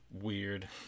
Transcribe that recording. weird